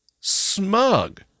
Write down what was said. smug